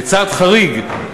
בצעד חריג,